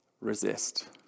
Resist